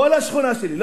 בוא לשכונה שלי.